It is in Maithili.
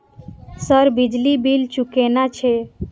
सर बिजली बील चूकेना छे?